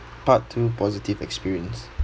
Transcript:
part two positive experience